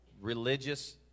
religious